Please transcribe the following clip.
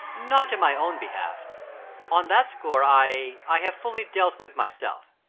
not in my own behalf on that score i i have fully dealt with myself.